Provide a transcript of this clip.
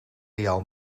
real